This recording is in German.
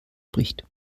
spricht